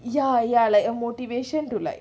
ya ya like a motivation to like